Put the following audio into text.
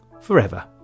forever